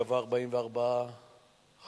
גבה 44 חללים,